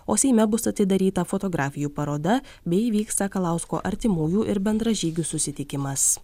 o seime bus atidaryta fotografijų paroda bei įvyks sakalausko artimųjų ir bendražygių susitikimas